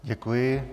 Děkuji.